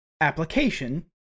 application